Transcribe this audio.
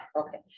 Okay